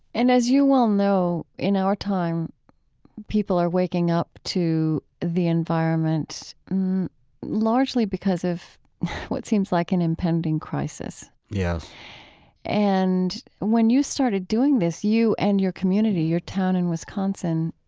and as you well know, in our time people are waking up to the environment largely because of what seems like an impending crisis yes and when you started doing this, you and your community, your town in wisconsin,